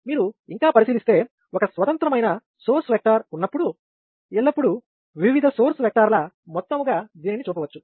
మీరు ఇంకా పరిశీలిస్తే ఒక స్వతంత్రమైన సోర్స్ వెక్టార్ ఉన్నప్పుడు ఎల్లప్పుడు వివిధ సోర్స్ వెక్టార్ ల మొత్తముగా దీనిని చూపవచ్చు